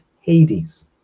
hades